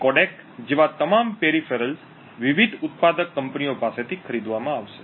કોડેક જેવા તમામ પેરિફેરલ્સ વિવિધ ઉત્પાદક કંપનીઓ પાસેથી ખરીદવામાં આવશે